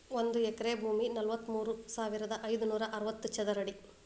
ಒಂದ ಎಕರೆ ಭೂಮಿ ನಲವತ್ಮೂರು ಸಾವಿರದ ಐದನೂರ ಅರವತ್ತ ಚದರ ಅಡಿ